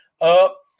up